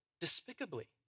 despicably